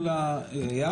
הוקמה.